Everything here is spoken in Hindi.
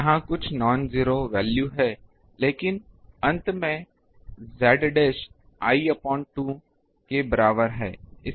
तो यहाँ कुछ नॉनज़ेरो वैल्यू है लेकिन अंत में z डैश l2 के बराबर है